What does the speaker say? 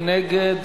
מי נגד?